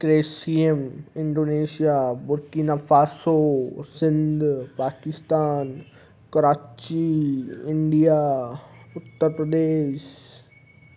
क्रेसिएम Indonesia Burkina Faso Sindh Pakistan Karachi India Uttar Pradesh